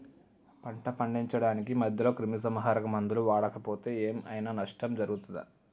పంట పండించడానికి మధ్యలో క్రిమిసంహరక మందులు వాడకపోతే ఏం ఐనా నష్టం జరుగుతదా?